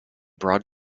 broad